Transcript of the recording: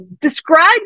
Describe